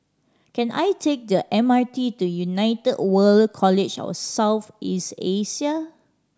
can I take the M R T to United World College of South East Asia